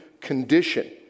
condition